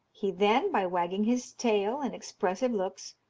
he then, by wagging his tail and expressive looks,